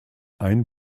ein